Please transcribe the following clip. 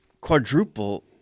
quadruple